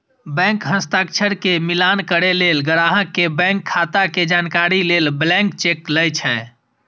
bank हस्ताक्षर के मिलान करै लेल, ग्राहक के बैंक खाता के जानकारी लेल ब्लैंक चेक लए छै